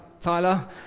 Tyler